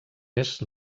més